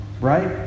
right